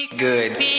Good